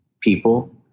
people